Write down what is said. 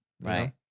Right